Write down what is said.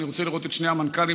אני רוצה לראות את שני המנכ"לים,